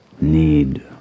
need